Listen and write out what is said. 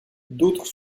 d’autres